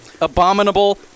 abominable